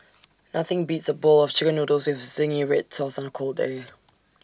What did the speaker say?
nothing beats A bowl of Chicken Noodles with Zingy Red Sauce on A cold day